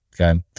Okay